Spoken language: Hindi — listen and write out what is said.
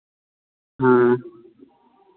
हाँ